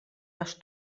les